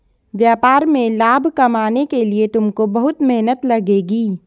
व्यापार में लाभ कमाने के लिए तुमको बहुत मेहनत लगेगी